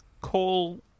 call